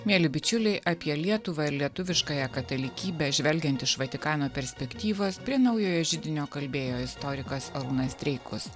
mieli bičiuliai apie lietuvą ir lietuviškąją katalikybę žvelgiant iš vatikano perspektyvos prie naujojo židinio kalbėjo istorikas arūnas streikus